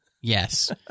Yes